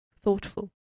thoughtful